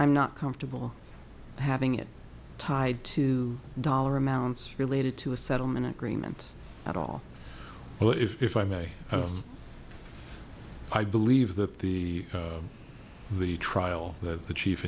i'm not comfortable having it tied to dollar amounts related to a settlement agreement at all but if i may i believe that the the trial that the chief